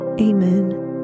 Amen